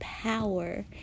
power